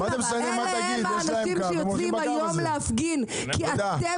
אלה הם האנשים שיוצאים להפגין היום כי אתם